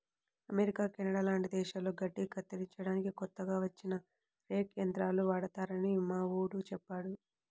America, Canada లాంటి దేశాల్లో గడ్డి కత్తిరించడానికి కొత్తగా వచ్చిన రేక్ యంత్రాలు వాడతారని మావోడు చెప్పాడు